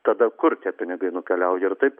tada kur tie pinigai nukeliauja ir taip